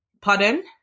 pardon